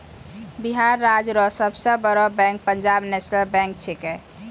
बिहार राज्य रो सब से बड़ो बैंक पंजाब नेशनल बैंक छैकै